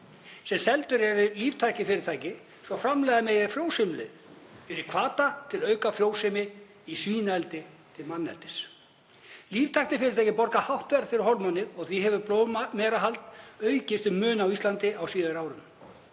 sem selt er líftæknifyrirtæki til að framleiða megi frjósemislyf og hvata til að auka frjósemi í svínaeldi til manneldis. Líftæknifyrirtæki borga hátt verð fyrir hormónið og því hefur blóðmerahald aukist til muna á Íslandi á síðari árum.